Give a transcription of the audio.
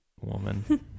woman